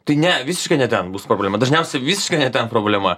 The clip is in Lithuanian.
tai ne visiškai ne ten bus problema dažniausiai visiškai ne ten problema